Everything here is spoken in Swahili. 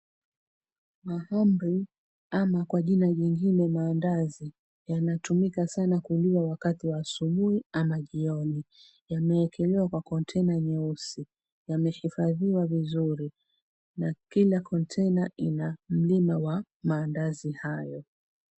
Mahamri ama kwa jina lingine mandazi yanatumika sana kuliwa wakati wa asubui au jioni yameekelewa kwenye kontena nyeusi, yamehifadhiwa vizuri na kila kontena ina mlima wa mandazi hayo .